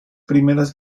primeras